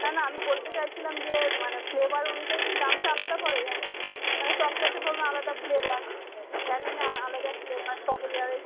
না না আমি বলতে চাইছিলাম যে মানে ফ্লেভার অনুযায়ী কি দামটা আলাদা পড়ে অ্যাঁ মানে চকলেটের ধরুন আলাদা ফ্লেভার ভ্যানিলা আলাদা ফ্লেভার স্ট্রবেরি আরেক